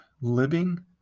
living